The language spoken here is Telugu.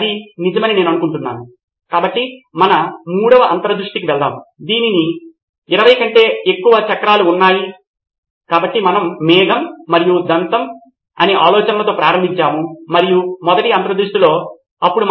సిద్ధార్థ్ మాతురి రెండు సందర్భాల్లోని మౌలిక సదుపాయాలు విద్యార్థులకు పాఠ్యపుస్తకాన్ని ఈ రిపోజిటరీలో కలిగి ఉండటానికి అనుమతిస్తే అది పాఠశాల రిపోజిటరీ లేదా వారి స్వంతము అయినా విద్యార్థులకు వారి పాఠ్యపుస్తకాన్ని సూచించడం మరింత సులభం అని నా అభిప్రాయం మరియు భాగస్వామ్య సమాచారము ఒకే స్థలంలో ఉంటుంది